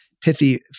pithy